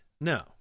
No